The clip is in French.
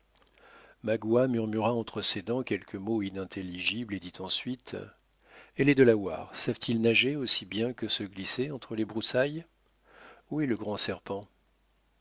magua murmura entre ses dents quelques mots inintelligibles et dit ensuite et les delawares savent-ils nager aussi bien que se glisser entre les broussailles où est le grandserpent